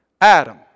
Adam